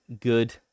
good